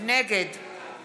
נגד